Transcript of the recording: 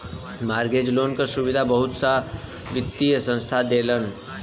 mortgage loan क सुविधा बहुत सा वित्तीय संस्थान देलन